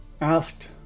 Asked